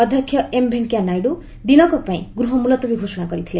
ଅଧ୍ୟକ୍ଷ ଏମ୍ ଭେଙ୍କୟା ନାଇଡ଼ୁ ଦିନକ ପାଇଁ ଗୃହ ମୁଲତବୀ ଘୋଷଣା କରିଥିଲେ